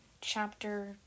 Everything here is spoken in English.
chapter